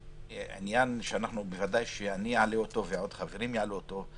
עניין שבוודאי אני אעלה אותו ועוד חברים יעלו אותו,